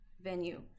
venue